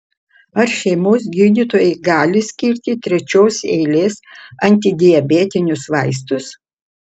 ar šeimos gydytojai gali skirti trečios eilės antidiabetinius vaistus